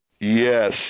Yes